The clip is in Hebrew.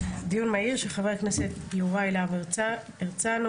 דיון מהיר של חבר הכנסת יוראי להב הרצנו,